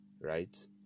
right